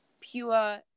pure